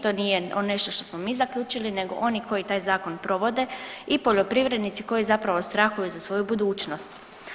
To nije nešto što smo mi zaključili, nego oni koji taj zakon provode i poljoprivrednici koji zapravo strahuju za svoju budućnost.